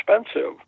expensive